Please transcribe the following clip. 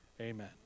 Amen